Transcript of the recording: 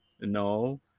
No